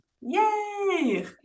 Yay